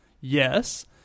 yes